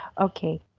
Okay